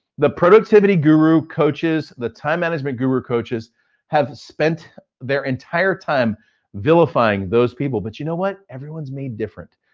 the productivity guru, coaches, the time management guru, coaches have spent their entire time vilifying those people. but you know what? everyone's made different.